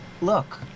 Look